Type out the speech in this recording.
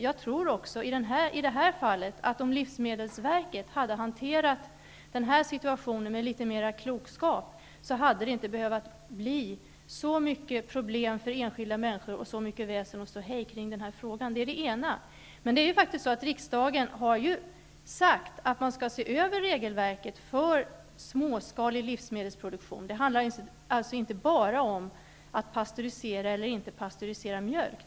Jag tror också att om livsmedelsverket i det här fallet agerat med litet mera klokskap hade det inte behövt bli så många problem för enskilda människor och så mycket väsen och ståhej kring denna fråga. Det är det ena. Riksdagen har sagt att man skall se över regelverket för småskalig livsmedelsproduktion. Det handlar alltså inte bara om att pastörisera eller inte pastörisera mjölk.